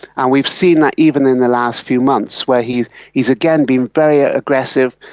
and we've seen that even in the last few months where he has again been very ah aggressive.